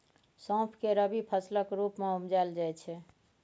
सौंफ केँ रबी फसलक रुप मे उपजाएल जाइ छै